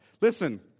Listen